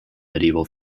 medieval